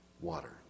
water